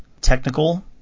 technical